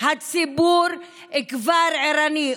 הציבור כבר ערני,